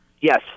Yes